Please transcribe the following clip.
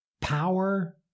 Power